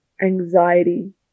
anxiety